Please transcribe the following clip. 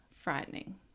frightening